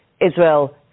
Israel